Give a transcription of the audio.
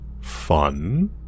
fun